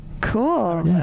cool